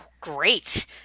great